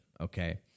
Okay